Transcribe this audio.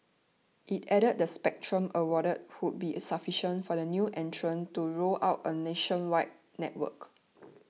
it added the spectrum awarded would be sufficient for the new entrant to roll out a nationwide network